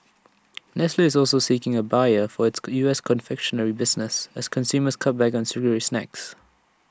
nestle is also seeking A buyer for its U S confectionery business as consumers cut back on sugary snacks